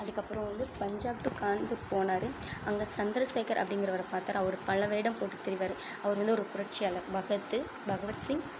அதுக்கப்புறம் வந்து பஞ்சாப் டு கான்பூர் போனார் அங்கே சந்திரசேகர் அப்படிங்கிறவர பார்த்தாரு அவர் பல வேடம் போட்டுத் திரிவார் அவர் வந்து ஒரு புரட்சியாளர் பகத்து பகத்சிங்